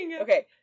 Okay